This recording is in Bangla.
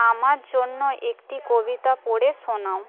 আমার জন্য একটি কবিতা পড়ে শোনাও